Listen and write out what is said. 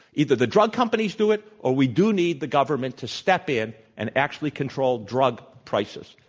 either the drug companies do it, or we do need the government to step in and actually control drug prices.